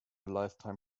lifetime